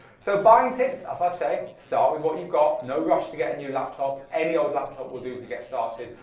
so buying tips, as i say, start with what you've got, no rush to get a and new laptop, any old laptop will do to get started.